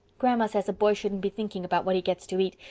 grandma says a boy shouldn't be thinking about what he gets to eat,